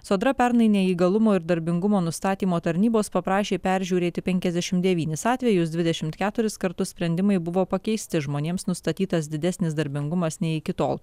sodra pernai neįgalumo ir darbingumo nustatymo tarnybos paprašė peržiūrėti penkiasdešimt devynis atvejus dvidešimt keturis kartus sprendimai buvo pakeisti žmonėms nustatytas didesnis darbingumas nei iki tol